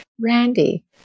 Randy